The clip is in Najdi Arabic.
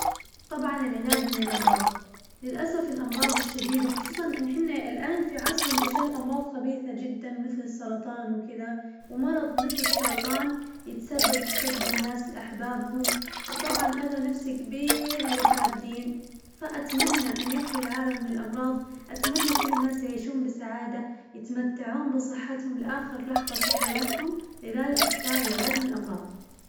طبعاً العلاج من الأمراض، للأسف الأمراض الشديدة خصوصاً إن حنا الآن في عصر انتشار أمراض خبيثة جداً مثل السرطان وكذا، ومرض مثل السرطان يتسبب في فقد الناس لأحبابهم وطبعاً أذى نفسي كبير للفاقدين، فأتمنى أن يخلو العالم من الأمراض، أتمنى كل الناس يعيشون بسعادة يتمتعون بصحتهم لآخر لحظة في حياتهم، لذلك أختار العلاج من الأمراض.